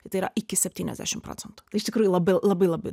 ir tai yra iki septyniasdešim procentų tai iš tikrųjų labai labai labai